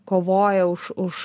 kovoja už už